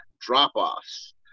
drop-offs